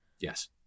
Yes